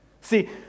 See